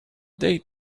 they